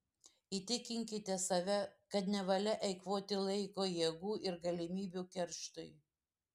įtikinkite save kad nevalia eikvoti laiko jėgų ir galimybių kerštui